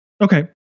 Okay